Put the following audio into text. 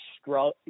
struggle